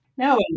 No